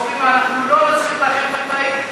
ואומרים: אנחנו לא נשכיר לכם בית,